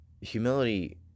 humility